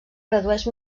redueix